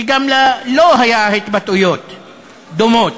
שגם לו היו התבטאויות דומות.